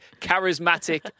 charismatic